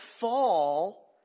fall